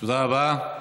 תודה רבה.